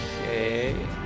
Okay